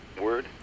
word